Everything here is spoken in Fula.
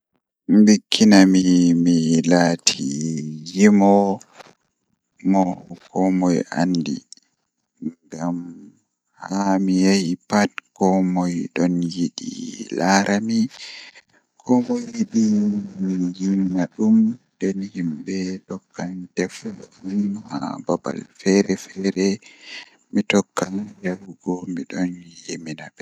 Ndikkinami mi laati limoowo mo komoi andi ngam hami yahi pat koomoi yidi laara mi koomoi on yidi dum nden be tokkan tefugo am haa babal feere feere mi tokka yahugo midon yimina be.